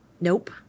Nope